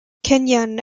kenyon